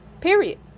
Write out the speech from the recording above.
period